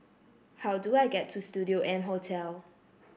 how do I get to Studio M Hotel